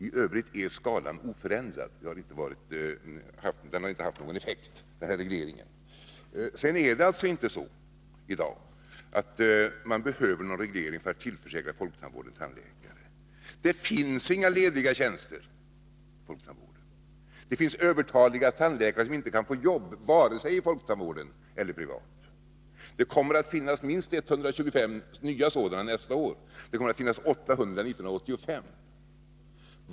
I övrigt är skalan oförändrad. Regleringen har inte haft någon effekt. I dag behöver man ingen reglering för att tillförsäkra folktandvården tandläkare. Det finns inga lediga tjänster i folktandvården, och det finns övertaliga tandläkare som inte kan få arbete vare sig i folktandvården eller privat. Det kommer att finnas minst 125 nya sådana nästa år och 800 år 1985.